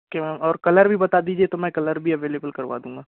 okay ma'am और colour भी बता दीजिए तो मैं कलर भी अवेलेबल करवा दूंगा